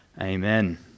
Amen